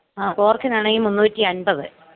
ആഹ് പോര്ക്കിന് ആണെങ്കിൽ മുന്നൂറ്റി അമ്പത്